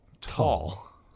Tall